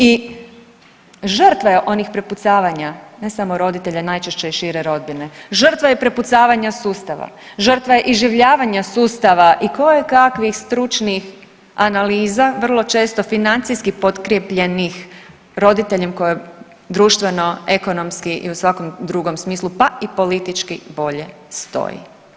I žrtva je onih prepucavanja ne samo roditelja, najčešće i šire rodbine, žrtva je prepucavanja sustava, žrtva je iživljavanja sustava i kojekakvih stručnih analiza vrlo često financijski potkrijepljenih roditeljem koji društveno, ekonomski i u svakom drugom smislu pa i politički bolje stoji.